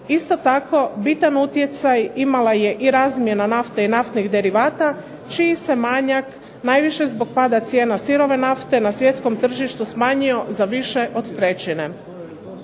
Isto tako, bitan utjecaj imala je i razmjena nafte i naftnih derivata čiji se manjak najviše zbog pada cijena sirove nafte na svjetskom tržištu smanjio za više od trećine.